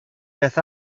beth